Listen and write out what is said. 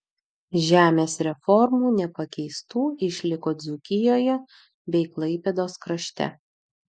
žemės reformų nepakeistų išliko dzūkijoje bei klaipėdos krašte